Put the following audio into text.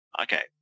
Okay